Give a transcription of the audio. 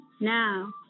Now